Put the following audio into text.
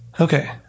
Okay